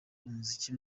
umuziki